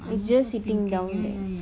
it's just sitting down there